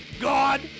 God